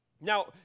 Now